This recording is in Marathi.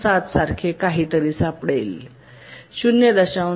7 सारखे काहीतरी सापडेल ०